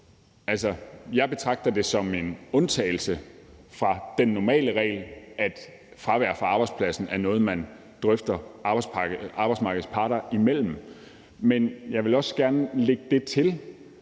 Jeg betragter det som en undtagelse fra den normale regel, altså at fravær fra arbejdspladsen er noget, der drøftes arbejdsmarkedets parter imellem, men jeg vil også gerne lægge noget til